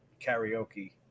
karaoke